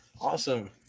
awesome